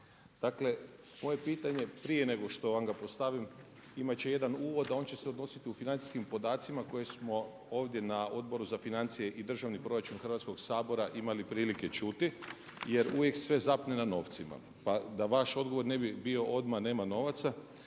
Dakle, moje pitanje prije nego što vam ga postavim imat će jedan uvod a on će se odnositi u financijskim podacima koje smo ovdje na Odboru za financije i državni proračun Hrvatskog sabora imali prilike čuti jer uvijek sve zapne na novcima. Pa da vaš odgovor ne bi bio odmah nema novaca,